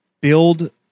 build